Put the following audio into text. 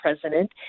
president